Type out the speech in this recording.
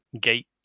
Gate